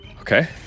okay